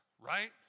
right